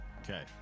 Okay